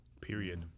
Period